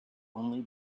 only